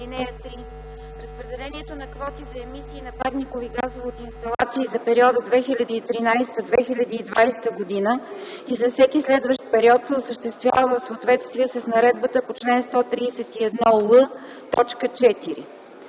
(3) Разпределението на квоти за емисии на парникови газове от инсталации за периода 2013-2020 г. и за всеки следващ период се осъществява в съответствие с наредбата по чл. 131л,